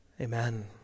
Amen